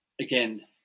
again